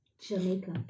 Jamaica